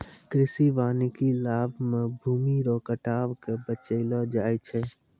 कृषि वानिकी लाभ मे भूमी रो कटाव के बचैलो जाय छै